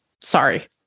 sorry